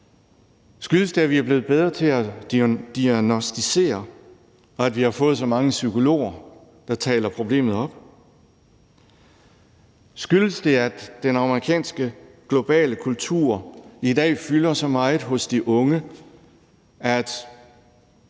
Skyldes det det, at vi er blevet bedre til at diagnosticere, og at vi har fået så mange psykologer, der taler problemet op? Skyldes det, at den amerikanske globale kultur i dag fylder så meget hos de unge, at